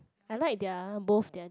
I like their both their